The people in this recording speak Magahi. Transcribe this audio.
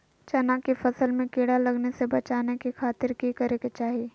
चना की फसल में कीड़ा लगने से बचाने के खातिर की करे के चाही?